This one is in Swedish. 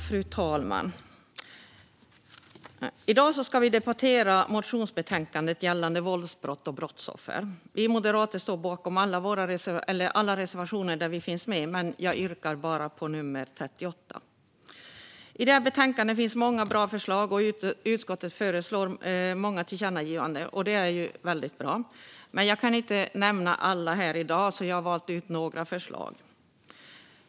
Fru talman! I dag ska vi debattera motionsbetänkandet gällande våldsbrott och brottsoffer. Vi moderater står bakom alla reservationer där vi finns med, men jag yrkar bifall enbart till reservation nummer 38. I det här betänkandet finns många bra förslag. Utskottet föreslår många tillkännagivanden som är väldigt bra. Jag kan dock inte nämna alla förslag här i dag, så jag har valt ut några.